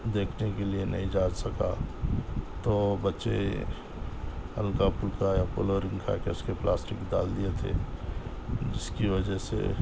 دیکھنے کے لئے نہیں جا سکا تو بچے ہلکا پھلکا یا پلورین کھا کے اس کی پلاسٹک ڈال دیئے تھے جس کی وجہ سے